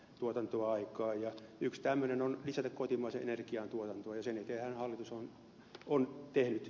yksi tämmöinen keino on lisätä kotimaisen energian tuotantoa ja sen eteenhän hallitus on tehnyt töitä